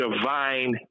divine